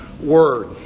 word